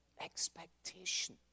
Expectation